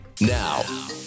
now